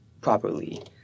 properly